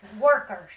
workers